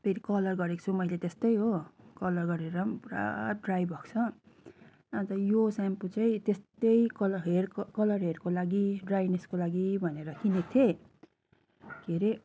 फेरि कलर गरेको छु मैले त्यस्तै हो कलर गरेर पनि पुरा ड्राइ भएको छ अन्त यो सेम्पो चाहिँ त्यस्तै कलर हेयर कलर हेयरको लागि ड्राइनेसको लागि भनेर किनेको थिएँ के अरे